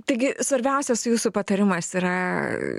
taigi svarbiausias jūsų patarimas yra